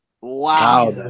Wow